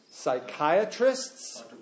Psychiatrists